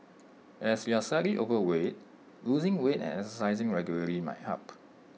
as you are slightly overweight losing weight and exercising regularly might help